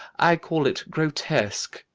i call it grotesque.